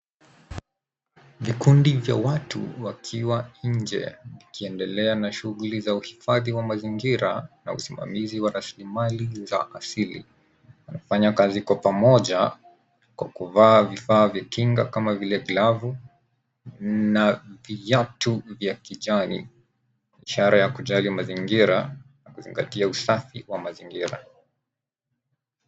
Vikundi vya watu wakiwa nje wakiendelea na shughuli za uhifadhi wa mazingira na usimamizi wa rasilimali za asili. Wanafanya kazi kwa pamoja kwa kuvaa vifaa vikinga kama vile glavu na viatu vya kijani. Ishara ya kujali mazingira kuzingatia usafi wa mazingira.